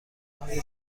هایی